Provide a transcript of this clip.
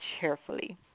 cheerfully